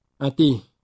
ati